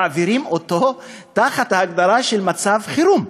מעבירים אותם תחת ההגדרה של מצב חירום.